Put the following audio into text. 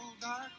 dark